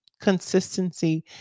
Consistency